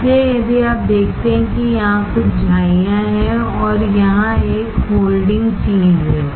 इसलिए यदि आप देखते हैं कि यहाँ कुछ झाइयां हैं और यहाँ एक होल्डिंग चीज है